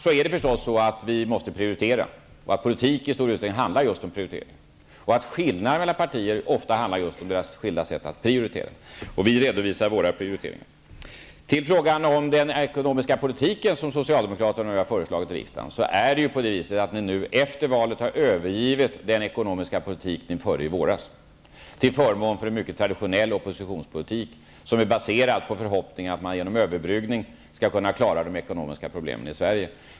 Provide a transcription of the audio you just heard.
Vi måste då prioritera, och politik handlar i stor utsträckning om prioriteringar. Skillnaden mellan olika partier ligger ofta i deras skilda sätt att prioritera, och vi redovisar våra prioriteringar. I frågan om den ekonomiska politik som socialdemokraterna har föreslagit i riksdagen har ni nu efter valet övergett den ekonomiska politik som ni förde i våras, till förmån för en mycket traditionell oppositionspolitik, som är baserad på förhoppningen att man genom en överbryggning skall kunna klara de ekonomiska problemen i Sverige.